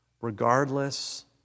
regardless